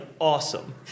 awesome